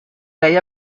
lei